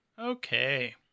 Okay